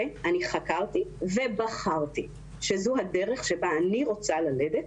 חקרתי ובחרתי שזו הדרך בה אני רוצה ללדת.